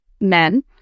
men